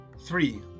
Three